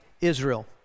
Israel